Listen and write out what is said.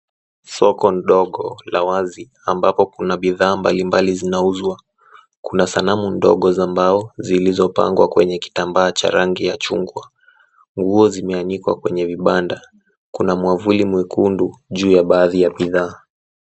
Soko ndogo la wazi ambapo kuna bidhaa mbali mbali zinauzwa Kuna sanamu ndogo za mbao zilizopangwa kwenye kitambaa cha rangi ya chungwa. Nguo zimeanikwa kwenye vibanda. Kuna mwavuli mwekundu juu ya baadhi ya bidhaa.